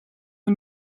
een